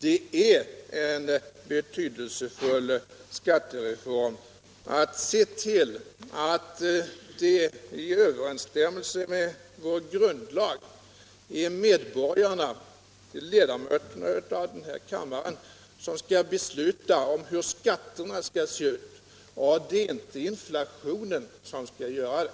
Det är en betydelsefull skattereform att se till att det i överensstämmelse med vår grundlag är medborgarna, ledamöterna av denna kammare, som skall besluta om hur skatterna skall se ut — det är inte inflationen som skall göra det.